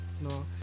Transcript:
no